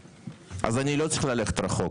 כי יש גם התנגדות בתוך הליכוד,